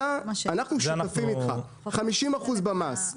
אנחנו שותפים איתך 50% במס.